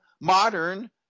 modern